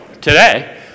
today